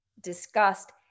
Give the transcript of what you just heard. discussed